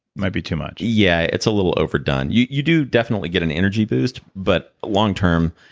might be too much yeah. it's a little overdone. you you do definitely get an energy boost, but long-term,